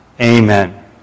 Amen